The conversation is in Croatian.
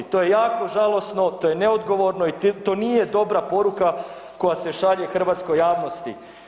To je jako žalosno, to je neodgovorno i to nije dobra poruka koja se šalje hrvatskoj javnosti.